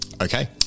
Okay